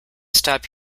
stop